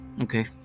Okay